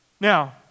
Now